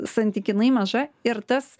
santykinai maža ir tas